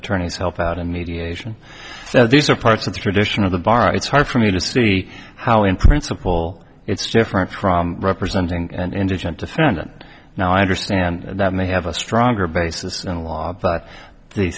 attorneys help out in mediation so these are parts of the tradition of the bar it's hard for me to see how in principle it's different from representing and indigent defendant now i understand and that may have a stronger basis in law but the